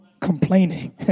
complaining